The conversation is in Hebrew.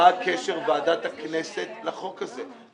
מה הקשר ועדת הכנסת לחוק הזה?